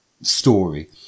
Story